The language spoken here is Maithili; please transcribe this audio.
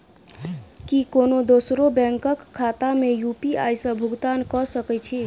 की कोनो दोसरो बैंक कऽ खाता मे यु.पी.आई सऽ भुगतान कऽ सकय छी?